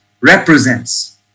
represents